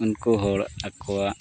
ᱩᱱᱠᱩ ᱦᱚᱲ ᱟᱠᱚᱣᱟᱜ